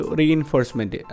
reinforcement